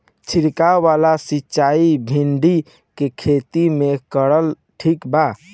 छीरकाव वाला सिचाई भिंडी के खेती मे करल ठीक बा?